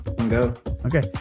Okay